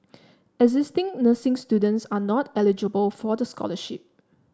existing nursing students are not eligible for the scholarship